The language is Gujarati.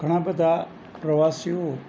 ઘણા બધા પ્રવાસીઓ